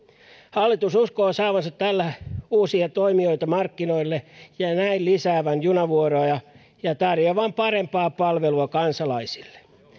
hallitus uskoo saavansa tällä uusia toimijoita markkinoille ja ja näin lisäävänsä junavuoroja ja tarjoavansa parempaa palvelua kansalaisille